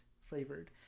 flavored